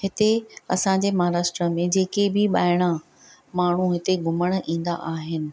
हिते असांजे महाराष्ट्र में जेके बि ॿाहिरां माण्हूं हिते घुमण ईंदा आहिनि